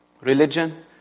Religion